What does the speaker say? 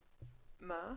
שלום.